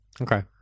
Okay